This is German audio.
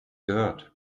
gehört